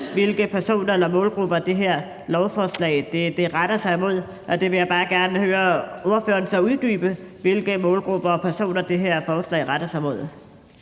hvilke personer eller målgrupper det her lovforslag retter sig imod. Der vil jeg så bare gerne høre ordføreren uddybe, hvilke målgrupper og personer det her forslag retter sig imod.